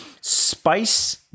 spice